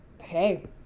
hey